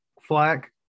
flack